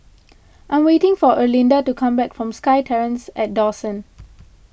I am waiting for Erlinda to come back from SkyTerrace at Dawson